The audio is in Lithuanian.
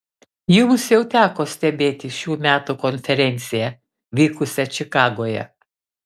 jums jau teko stebėti šių metų konferenciją vykusią čikagoje